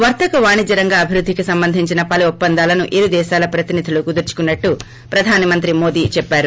వర్తక వాణజ్య రంగ అభివృద్దికి సంబంధించిన పలు ఒప్పందాలను ఇరుదేశాల ప్రతినిధులు కుదుర్చకున్నట్టు ప్రధాన మంత్రి మోదీ చెప్పారు